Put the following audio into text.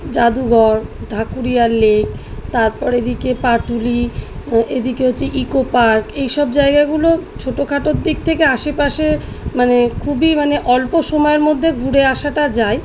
যাদুঘর ঢাকুরিয়া লেক তারপর এদিকে পাটুলি এদিকে হচ্ছে ইকোপার্ক এইসব জায়গাগুলো ছোটোখাটোর দিক থেকে আশেপাশে মানে খুবই মানে অল্প সময়ের মধ্যে ঘুরে আসাটা যায়